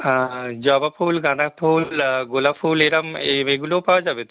হ্যাঁ জবা ফুল গাঁদা ফুল গোলাপ ফুল এরম এগুলোও পাওয়া যাবে তো